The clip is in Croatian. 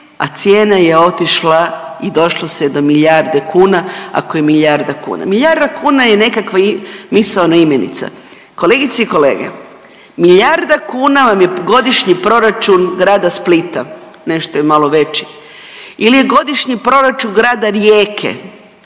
a cijena je otišla i došlo se do milijarde kuna, ako je milijarda kuna. Milijarda kuna je nekakva misaona imenica. Kolegice i kolege milijarda kuna vam je godišnji proračun grada Splita, nešto je malo veći ili godišnji proračun grada Rijeke,